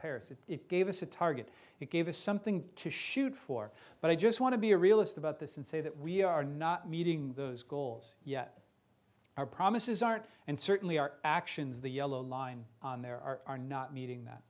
paris that it gave us a target it gave us something to shoot for but i just want to be a realist about this and say that we are not meeting those goals yet our promises aren't and certainly our actions the yellow line on there are are not meeting that